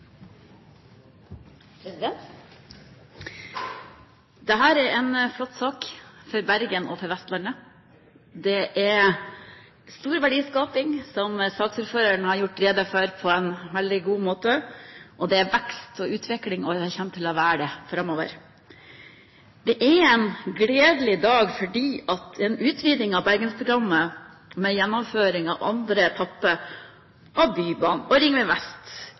for Vestlandet. Det er stor verdiskaping, som saksordføreren har gjort rede for på en veldig god måte, og det er vekst og utvikling – og det kommer det til å være framover. Det er en gledelig dag fordi en utviding av Bergensprogrammet med gjennomføring av andre etappe av Bybanen og Ringvei vest